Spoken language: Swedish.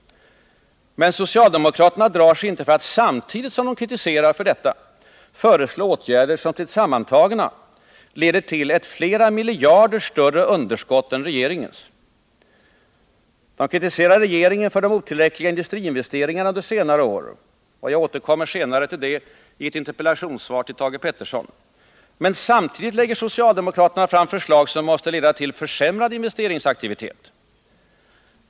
Men socialdemokraterna drar sig inte för att samtidigt föreslå åtgärder, som tillsammantagna leder till ett flera miljarder större underskott än regeringens. De kritiserar regeringen för de otillräckliga industriinvesteringarna under senare år. Jag återkommer senare till detta i ett interpellationssvar till Thage Peterson. Men samtidigt lägger socialdemokraterna fram förslag, som måste leda till försämrad investeringsaktivitet.